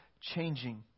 changing